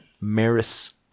Maris